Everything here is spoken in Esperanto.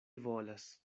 volas